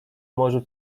morzu